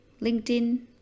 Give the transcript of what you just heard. LinkedIn